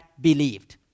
believed